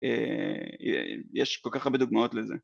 יש כל כך הרבה דוגמאות לזה